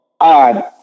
odd